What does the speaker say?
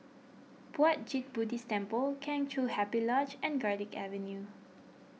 Puat Jit Buddhist Temple Kheng Chiu Happy Lodge and Garlick Avenue